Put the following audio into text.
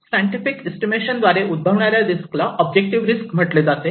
scientific estimation द्वारे उद्भवणाऱ्या रिस्कला ऑब्जेक्टिव्ह रिस्क म्हटले जाते